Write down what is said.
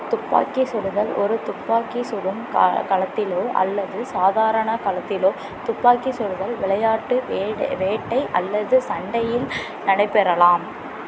துப்பாக்கி சுடுதல் ஒரு துப்பாக்கி சுடும் களத்திலோ அல்லது சாதாரண களத்திலோ துப்பாக்கி சுடுதல் விளையாட்டு வேட்டை அல்லது சண்டையில் நடைபெறலாம்